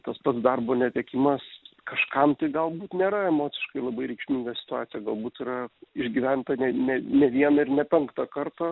tas pats darbo netekimas kažkam tai galbūt nėra emociškai labai reikšminga situacija galbūt yra išgyventa ne ne ne vieną ir ne penktą kartą